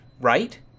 right